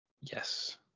Yes